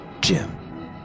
Jim